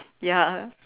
ya